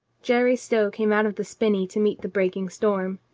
jerry stow came out of the spinney to meet the breaking storm.